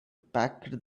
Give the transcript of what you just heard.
packed